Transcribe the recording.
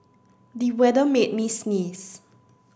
the weather made me sneeze